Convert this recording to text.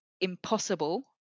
impossible